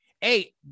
hey